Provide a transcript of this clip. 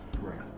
Right